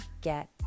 get